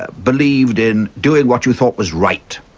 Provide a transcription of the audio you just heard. ah believed in doing what you thought was right,